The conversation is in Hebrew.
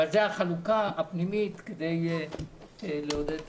אבל זאת החלוקה הפנימית כדי לעודד תעסוקה.